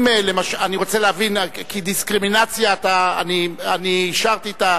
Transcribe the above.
כי דיסקרימינציה, אני אישרתי את,